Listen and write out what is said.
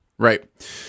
Right